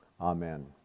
amen